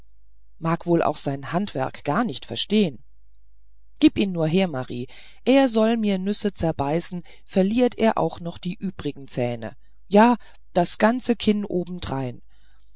mag wohl auch sein handwerk gar nicht verstehn gib ihn nur her marie er soll mir nüsse zerbeißen verliert er auch noch die übrigen zähne ja das ganze kinn obendrein